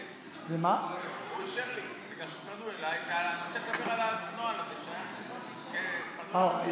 אנחנו עוברים להצבעה.